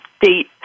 date